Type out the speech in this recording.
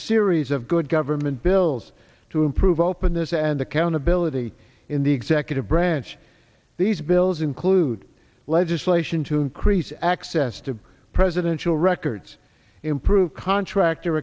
series of good government bills to improve openness and accountability in the executive branch these bills include legislation to increase access to presidential records improve contractor